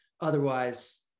otherwise